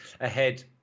ahead